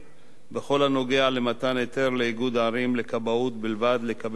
בכל הנוגע למתן היתר לאיגוד ערים לכבאות בלבד לקבל אשראי.